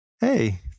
hey